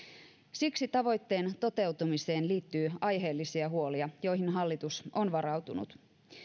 siksi tavoitteen toteutumiseen liittyy aiheellisia huolia joihin hallitus on varautunut